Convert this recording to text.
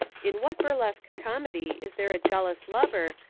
in what burlesque comedy is there a jealous lover,